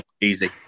easy